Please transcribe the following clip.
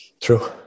True